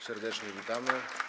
Serdecznie witamy.